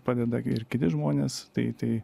padeda ir kiti žmonės tai tai